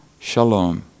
Shalom